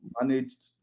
managed